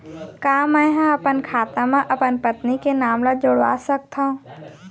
का मैं ह अपन खाता म अपन पत्नी के नाम ला जुड़वा सकथव?